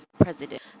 president